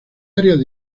áreas